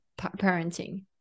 parenting